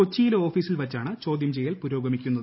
കൊച്ചിയിലെ ഓഫീസിൽ വൃച്ചാണ് ചോദ്യം ചെയ്യൽ പുരോഗമിക്കുന്നത്